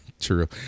True